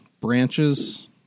branches